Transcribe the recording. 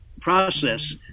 process